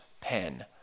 pen